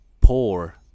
pour